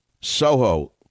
Soho